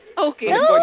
okay.